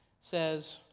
says